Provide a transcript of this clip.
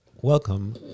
Welcome